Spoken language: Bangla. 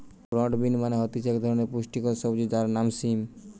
ব্রড বিন মানে হচ্ছে এক ধরনের পুষ্টিকর সবজি যার নাম সিম